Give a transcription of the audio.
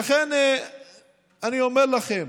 לכן אני אומר לכם